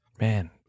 Man